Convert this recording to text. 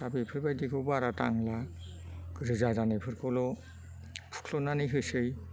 दा बेफोरबायदिखौ बारा दांला रोजा जानायफोरखौल' फुख्ल'नानै होसै